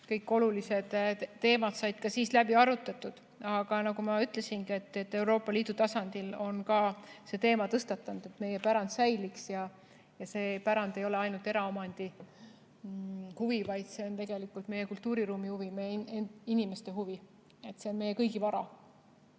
kõik olulised teemad said ka siis läbi arutatud. Aga nagu ma ütlesin, Euroopa Liidu tasandil on ka see teema tõstatatud, et meie pärand säiliks, ja see pärand ei ole ainult eraomandi huvi, vaid see on tegelikult meie kultuuriruumi huvi, meie inimeste huvi. See on meie kõigi vara.